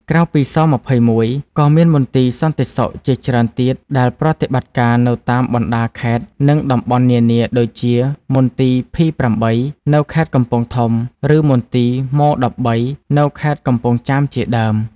ក្រៅពី ស-២១ ក៏មានមន្ទីរសន្តិសុខជាច្រើនទៀតដែលប្រតិបត្តិការនៅតាមបណ្តាខេត្ត និងតំបន់នានាដូចជា មន្ទីរ ភី-៨ នៅខេត្តកំពង់ធំ ឬមន្ទីរ ម-១៣ នៅខេត្តកំពង់ចាមជាដើម។